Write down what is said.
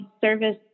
service